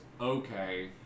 Okay